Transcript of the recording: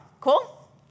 Cool